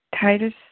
Titus